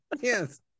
Yes